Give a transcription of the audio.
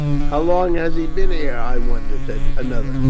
how long has he been ere, i wonder? said another.